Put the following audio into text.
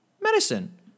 Medicine